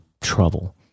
trouble